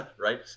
right